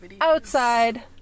outside